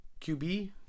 QB